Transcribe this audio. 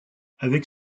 avec